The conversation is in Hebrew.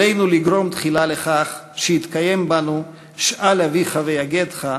עלינו לגרום תחילה לכך שיתקיים בנו "שאל אביך ויגדך,